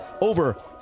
over